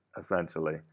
essentially